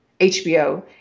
HBO